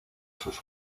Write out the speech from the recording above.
sus